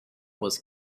was